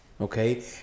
Okay